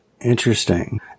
Interesting